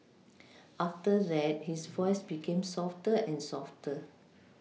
after that his voice became softer and softer